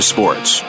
Sports